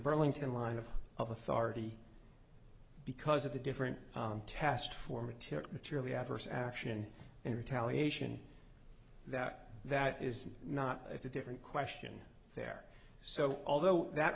burlington line of of authority because of the different tast for material materially adverse action in retaliation that that is not it's a different question there so although that